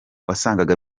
wasangaga